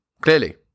clearly